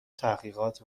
تحقیقات